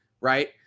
right